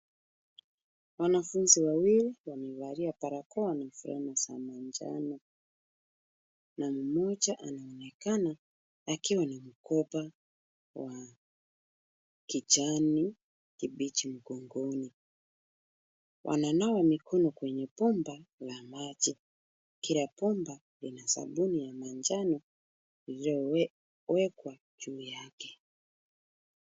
Wanafunzi wawili wamevalia barakoa na fulana za manjano na mmoja anaonekana akiwa na mkoba wa kijani kibichi mgongoni. Wananawa mikono kwenye bomba la maji. Kila bomba lina sabuni ya manjano lililowekwa juu yake.